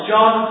John